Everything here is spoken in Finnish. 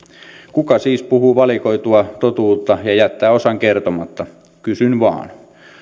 kuka siis puhuu valikoitua totuutta ja jättää osan kertomatta kysyn vain